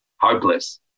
Hopeless